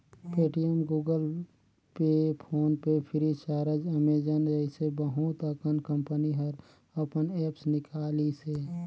Paytm, Google Pay, PhonePe Freecharge, Amazon जइसे बहुत अकन कंपनी हर अपन ऐप्स निकालिसे